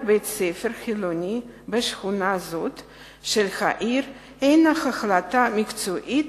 בית-ספר חילוני בשכונה זאת של העיר היא החלטה מקצועית,